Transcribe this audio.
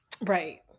Right